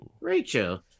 Rachel